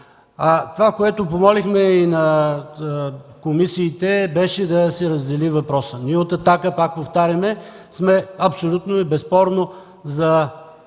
Това, което говорихме и на комисиите, беше да се раздели въпросът. Ние от „Атака“, пак повтарям, сме абсолютно и безспорно за